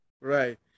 Right